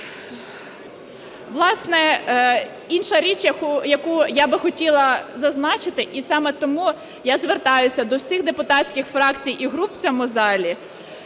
Власне, інша річ, яку я би хотіла зазначити, і саме тому я звертаюся до всіх депутатських фракцій і груп в цьому залі,